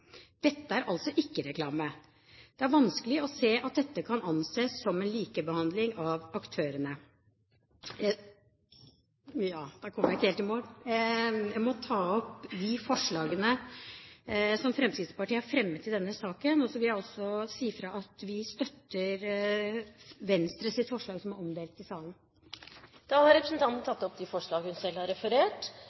Dette er altså ikke reklame. Det er vanskelig å se at dette kan anses som en likebehandling av aktørene. – Jeg kom ikke helt i mål, president. Jeg vil ta opp de forslagene som Fremskrittspartiet har fremmet i denne saken. Representanten Kari Kjønaas Kjos har tatt opp de forslagene hun refererte til. Siden det nå har